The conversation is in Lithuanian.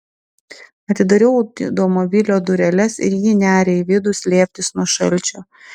atidarau automobilio dureles ir ji neria į vidų slėptis nuo šalčio